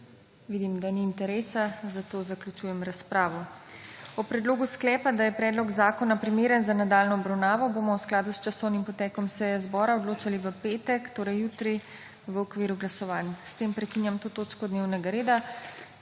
Vidim, da ni interesa, zato zaključujem razpravo. O predlogu sklepa, da je predlog zakona primeren za nadaljnjo obravnavo, bomo v skladu s časovnim potekom seje zbora odločali v petek, torej jutri, v okviru glasovanj. S tem prekinjam to točko dnevnega reda.